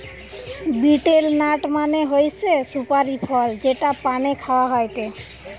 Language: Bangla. বিটেল নাট মানে হৈসে সুপারি ফল যেটা পানে খাওয়া হয়টে